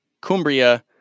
Cumbria